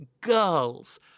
girls